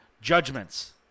judgments